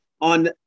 on